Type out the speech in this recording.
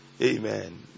Amen